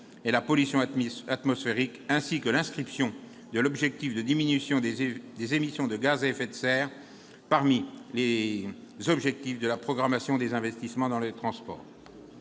et la pollution atmosphérique ainsi que l'inscription de la diminution des émissions de gaz à effet de serre parmi les objectifs de la programmation des investissements dans les transports.